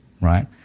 right